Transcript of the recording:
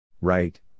Right